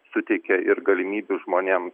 suteikia ir galimybių žmonėm